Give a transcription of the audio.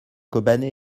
kobané